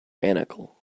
tyrannical